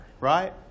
right